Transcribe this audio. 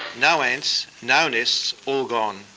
no ants. no nests. all gone.